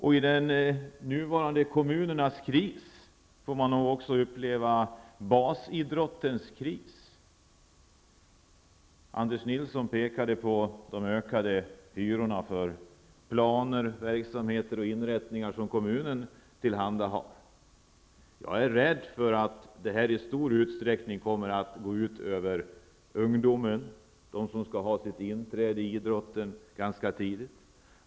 I kommunernas nuvarande kris får man också uppleva basidrottens kris. Anders Nilsson pekade på de ökade hyrorna för planer, verksamheter och inrättningar som kommunerna tillhandahåller. Jag är rädd för att det i stor utsträckning kommer att gå ut över ungdomen, som gör sitt inträde i idrotten ganska tidigt.